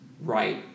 right